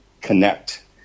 connect